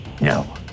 No